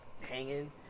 hanging